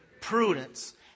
Prudence